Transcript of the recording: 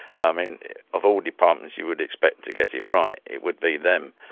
i mean of all departments you would expect to get it right it would be them.